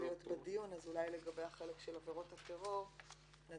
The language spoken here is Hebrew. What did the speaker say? להיות בדיון אז אולי לגבי החלק של עבירות אחרות נדון,